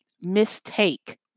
mistake